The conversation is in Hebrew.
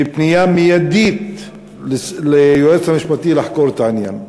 בפנייה מיידית ליועץ המשפטי לחקור את העניין.